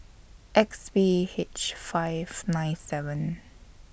X P H five nine seven